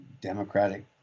Democratic